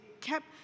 kept